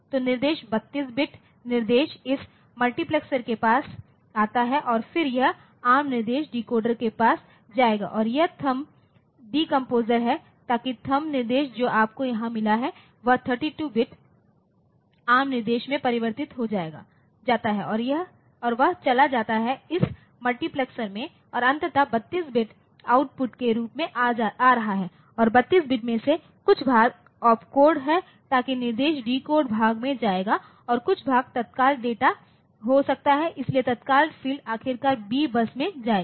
तो निर्देश 32 बिट निर्देश इस मल्टीप्लेक्सर के पास आता है और फिर यह एआरएम निर्देश डिकोडर के पास जाएगा या यह थंब डिकम्प्रेसर है ताकि थंब निर्देश जो आपको यहां मिला है वह 32 बिट एआरएम निर्देश में परिवर्तित हो जाता है और वह चला जाता है इस मल्टीप्लेक्समें और अंततः 32 बिट आउटपुट के रूप में आ रहा है और 32 बिट में से कुछ भाग ओपकोड है ताकि निर्देश डिकोडर भाग में जाएगा और कुछ भाग तत्काल डेटा हो सकता है इसलिए तत्काल फ़ील्ड आखिरकार B बस में जाएगा